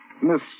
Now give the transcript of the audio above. Miss